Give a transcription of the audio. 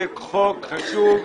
זה חוק חשוב.